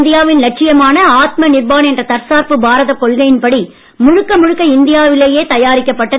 இந்தியாவின் லட்சியமான ஆத்ம நிர்பான் என்ற தர்சார்பு பாரதம் கொள்கையின்படி முழுக்க முழுக்க இந்தியாவிலேயே தயாரிக்கப்பட்டது